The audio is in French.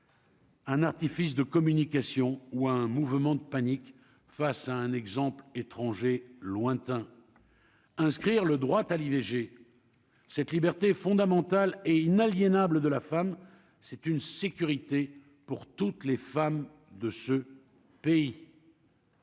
Un artifice de communication ou un mouvement de panique face à un exemple étranger lointain inscrire le droit à l'IVG, cette liberté fondamentale et inaliénable de la femme, c'est une sécurité pour toutes les femmes de ce pays.